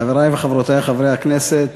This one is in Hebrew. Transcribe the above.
חברי וחברותי חברי הכנסת,